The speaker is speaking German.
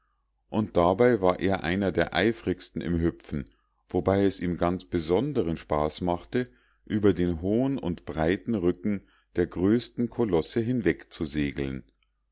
und dabei war er einer der eifrigsten im hüpfen wobei es ihm ganz besonderen spaß machte über den hohen und breiten rücken der größten kolosse hinwegzusegeln